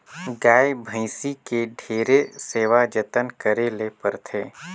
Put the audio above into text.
गाय, भइसी के ढेरे सेवा जतन करे ले परथे